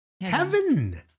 heaven